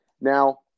Now